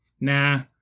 Nah